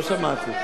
לא שמעתי.